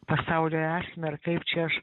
pasaulio esmę ir kaip čia aš